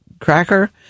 cracker